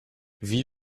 wie